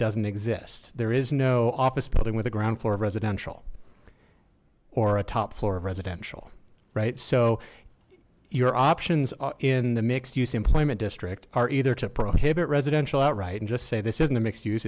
doesn't exist there is no office building with a ground floor of residential or a top floor of residential right so your options are in the mixed use employment district are either to prohibit residential outright and just say this isn't a mixed use